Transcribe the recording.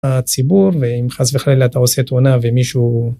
הציבור ואם חס וחלילה אתה עושה תאונה ומישהו.